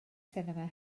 sinema